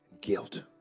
guilt